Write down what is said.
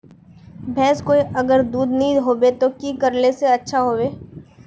भैंस कोई अगर दूध नि होबे तो की करले ले अच्छा होवे?